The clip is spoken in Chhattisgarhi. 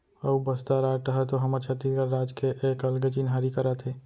अऊ बस्तर आर्ट ह तो हमर छत्तीसगढ़ राज के एक अलगे चिन्हारी कराथे